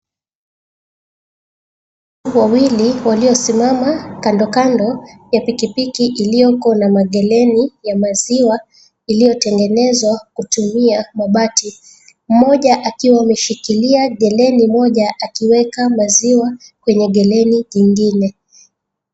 Wawili waliosimama kandokando ya pikipiki iliyoko na mageleni ya maziwa iliyotengenezwa kutumia mabati. Mmoja akiwa ameshikilia geleni moja akiweka maziwa kwenye geleni jingine.